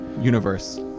Universe